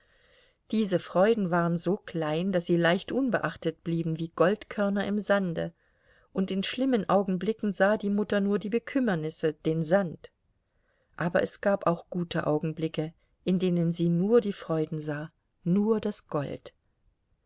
diese freuden waren so klein daß sie leicht unbeachtet blieben wie goldkörner im sande und in schlimmen augenblicken sah die mutter nur die bekümmernisse den sand aber es gab auch gute augenblicke in denen sie nur die freuden sah nur das gold